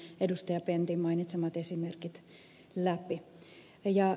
pentin mainitsemat esimerkit läpi